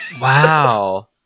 Wow